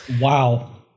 Wow